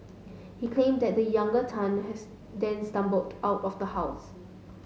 he claimed that the younger Tan his then stumbled out of the house